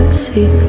see